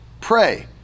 Pray